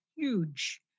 Huge